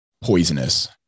poisonous